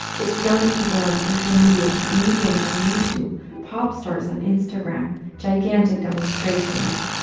it's young people on social media, comedians on youtube, pop stars on instagram, gigantic demonstrations.